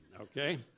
Okay